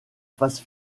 phase